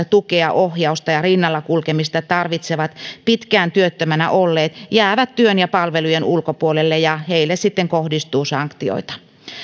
tukea ohjausta ja rinnalla kulkemista tarvitsevat pitkään työttömänä olleet jäävät työn ja palvelujen ulkopuolelle ja heille sitten kohdistuu sanktioita